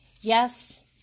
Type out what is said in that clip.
Yes